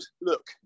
look